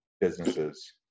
businesses